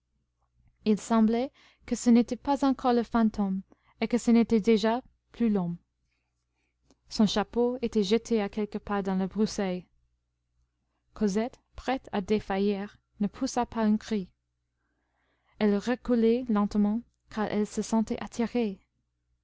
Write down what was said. il semblait que ce n'était pas encore le fantôme et que ce n'était déjà plus l'homme son chapeau était jeté à quelques pas dans les broussailles cosette prête à défaillir ne poussa pas un cri elle reculait lentement car elle se sentait attirée